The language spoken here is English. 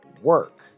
work